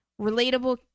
relatable